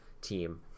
team